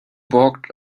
bought